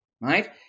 right